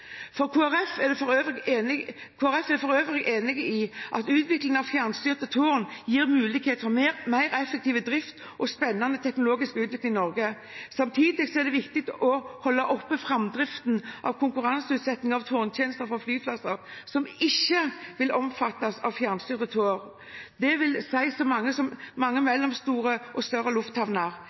Kristelig Folkeparti er for øvrig enig i at utviklingen av fjernstyrte tårn gir muligheter for mer effektiv drift og spennende teknologiutvikling i Norge. Samtidig er det viktig å holde oppe framdriften på konkurranseutsetting av tårntjenestene på flyplasser som ikke vil omfattes av fjernstyrte tårn, dvs. på mange mellomstore og større lufthavner.